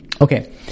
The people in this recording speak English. okay